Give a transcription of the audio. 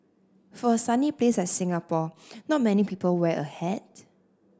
for a sunny place like Singapore not many people wear a hat